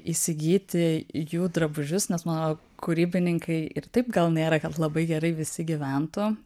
įsigyti jų drabužius nes mano kūrybininkai ir taip gal nėra kad labai gerai visi gyventų